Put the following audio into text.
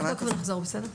אנחנו נבדוק ונחזור, בסדר?